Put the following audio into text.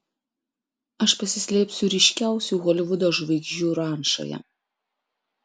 aš pasislėpsiu ryškiausių holivudo žvaigždžių rančoje